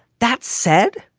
that said,